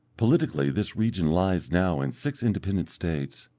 politically this region lies now in six independent states,